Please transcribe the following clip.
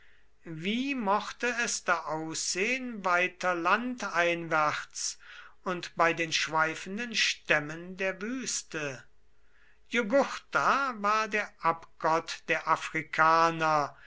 wie mochte es da aussehen weiter landeinwärts und bei den schweifenden stämmen der wüste jugurtha war der abgott der afrikaner